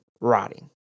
rotting